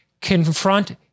Confront